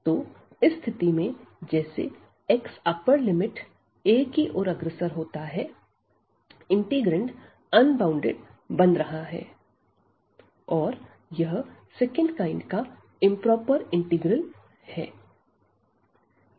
तो इस स्थिति में जैसे x अप्पर लिमिट a की ओर अग्रसर होता है इंटीग्रैंड अनबॉउंडेड बन रहा है और यह सेकंड काइंड का इंप्रोपर इंटीग्रल है